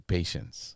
Patience